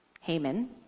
Haman